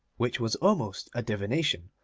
which was almost a divination,